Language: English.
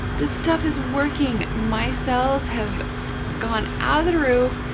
this stuff is working. my sales have gone out of the roof,